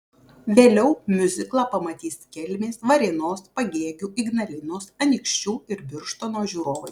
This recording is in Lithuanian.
vėliau miuziklą pamatys kelmės varėnos pagėgių ignalinos anykščių ir birštono žiūrovai